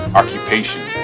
occupation